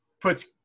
puts